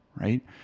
right